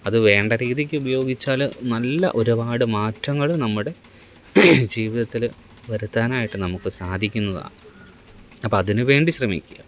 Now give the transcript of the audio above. അത് വേണ്ട രീതിക്ക് ഉപയോഗിച്ചാൽ നല്ല ഒരുപാട് മാറ്റങ്ങൾ നമ്മുടെ ജീവിതത്തിൽ വരുത്താനായിട്ട് നമുക്ക് സാധിക്കുന്നതാണ് അപ്പം അതിന് വേണ്ടി ശ്രമിക്കുക